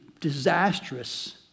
disastrous